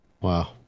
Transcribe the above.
Wow